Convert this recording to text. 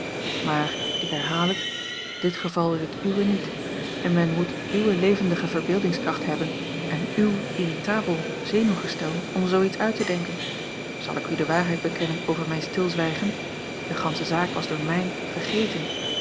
maar ik herhaal het dit geval is het uwe niet en men moet uwe levendige verbeeldingskracht hebben en uw iritabel zenuwgestel om zoo iets uit te denken zal ik u de waarheid bekennen over mijn stilzwijgen de gansche zaak was door mij vergeten